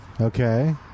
Okay